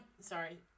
Sorry